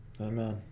Amen